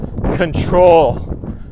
control